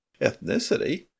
ethnicity